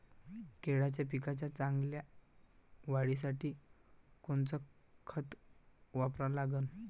केळाच्या पिकाच्या चांगल्या वाढीसाठी कोनचं खत वापरा लागन?